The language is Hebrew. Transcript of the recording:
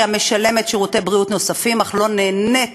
משלמת שירותי בריאות נוספים אך לא נהנית